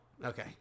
okay